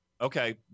Okay